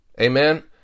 amen